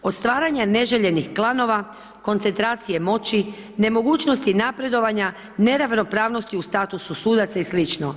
Od stvaranja neželjenih klanova, koncentracije moći, nemogućnosti napredovanja, neravnopravnosti u statusu sudaca i sl.